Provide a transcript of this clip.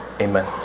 Amen